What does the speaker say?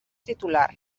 titular